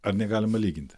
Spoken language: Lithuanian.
ar negalima lyginti